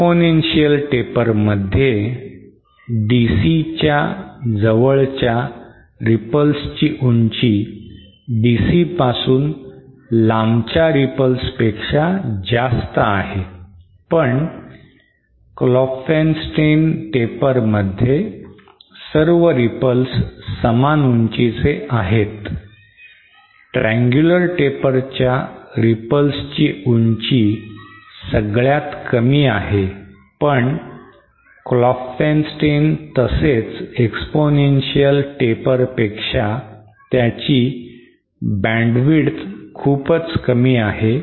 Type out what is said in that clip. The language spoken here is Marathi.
exponential taper मध्ये DC च्या जवळच्या ripples ची उंची DC पासून लांबच्या ripples पेक्षा जास्त आहे पण Klopfenstein taper मध्ये सर्व ripples समान उंचीचे आहेत triangular taper च्या ripples ची उंची सगळ्यात कमी आहे पण Klopfenstein तसेच exponential taper पेक्षा त्याची bandwidth खूपच कमी आहे